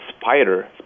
spider